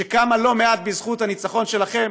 שקמה לא מעט בזכות הניצחון שלכם,